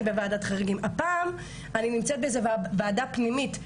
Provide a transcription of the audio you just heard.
הפעם אני נמצאת באיזה וועדה פנימית,